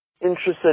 interested